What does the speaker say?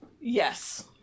Yes